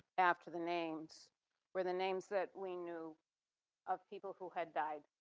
after the names were the names that we knew of people who had died,